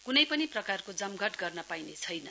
कुनै पनि प्रकारको जमघटन गर्न पाइनेछैन